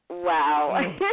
Wow